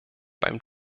beim